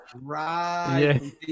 Right